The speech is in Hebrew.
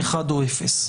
אחד או אפס.